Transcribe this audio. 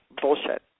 bullshit